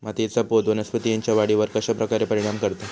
मातीएचा पोत वनस्पतींएच्या वाढीवर कश्या प्रकारे परिणाम करता?